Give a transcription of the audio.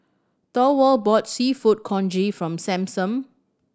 Thorwald bought Seafood Congee from Sampson